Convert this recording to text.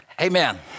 amen